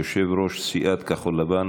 יושב-ראש סיעת כחול לבן,